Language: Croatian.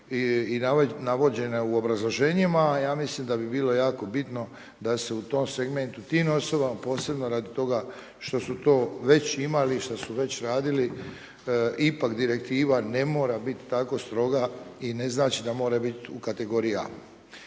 i navođene u obrazloženjima. Ja mislim da bi bilo jako bitno da se u tom segmentu tih …a posebno radi toga što su to već imali i što su već radili ipak direktiva ne mora biti tako stroga i ne znači da mora biti u kategoriji A.